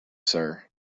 sir